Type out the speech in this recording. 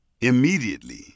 Immediately